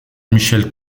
michel